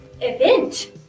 event